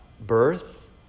birth